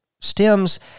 stems